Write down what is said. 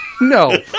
No